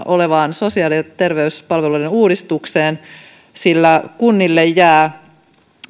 olevaan sosiaali ja terveyspalveluiden uudistukseen sillä kunnille jää